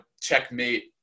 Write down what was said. checkmate